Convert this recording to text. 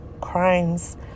crimes